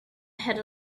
had